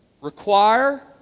require